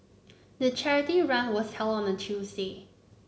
the charity run was held on a Tuesday